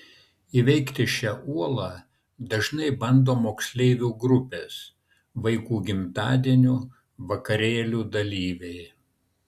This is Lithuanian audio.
įveikti šią uolą dažnai bando moksleivių grupės vaikų gimtadienių vakarėlių dalyviai